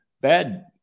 bad